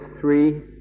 three